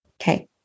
Okay